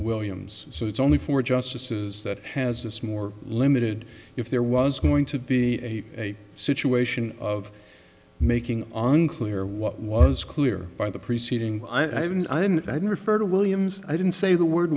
williams so it's only four justices that has this more limited if there was going to be a situation of making unclear what was clear by the preceding i mean i didn't i didn't refer to williams i didn't say the word